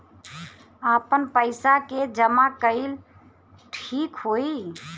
आपन पईसा के जमा कईल ठीक होई?